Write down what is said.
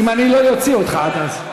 אם אני לא אוציא אותך עד אז.